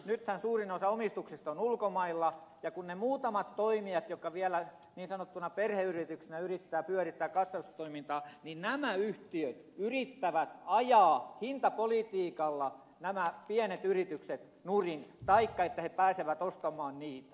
nythän suurin osa omistuksista on ulkomailla ja näitä muutamia toimijoita näitä pieniä yrityksiä jotka vielä niin sanottuina perheyrityksinä yrittävät pyörittää katsastustoimintaa nämä yhtiöt yrittävät ajaa hintapolitiikalla nurin taikka niin että pääsevät ostamaan niitä